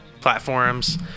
platforms